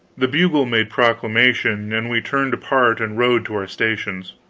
the bugle made proclamation, and we turned apart and rode to our stations.